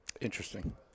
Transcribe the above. interesting